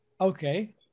Okay